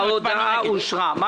ההודעה אושרה.